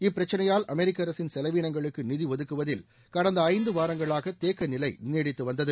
இப்பிரச்சினையால் America அரசின் செலவீனங்களுக்கு நிதி ஒதுக்குவதில் கடந்த ஐந்து வாரங்களாக தேக்கநிலை நீடித்து வந்தது